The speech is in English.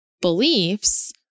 beliefs